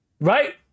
Right